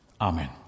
Amen